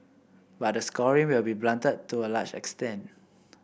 but the scoring will be blunted to a large extent